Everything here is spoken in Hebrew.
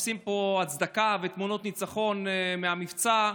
מחפשים פה הצדקה ותמונות ניצחון מהמבצע,